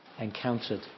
encountered